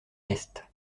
est